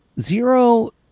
Zero